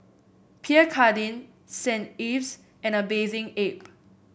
Pierre Cardin Saint Ives and A Bathing Ape